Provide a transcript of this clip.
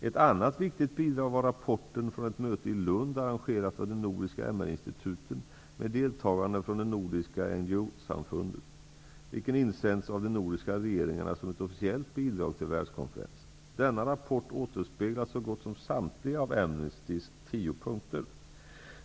Ett annat viktigt bidrag var rapporten från ett möte i Lund arrangerat av de nordiska MR-instituten med deltagande från det nordiska NGO-samfundet, vilken insänts av de nordiska regeringarna som ett officiellt bidrag till världskonferensen. Denna rapport återspeglar så gott som samtliga av Amnestys 10 punkter.